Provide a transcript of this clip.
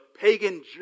pagan